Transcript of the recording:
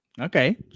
Okay